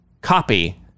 copy